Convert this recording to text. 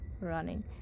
running